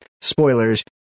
spoilers